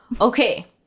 Okay